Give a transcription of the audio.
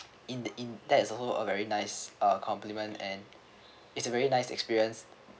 in the in that is also a very nice uh compliment and it's a very nice experience